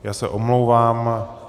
Já se omlouvám.